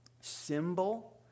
symbol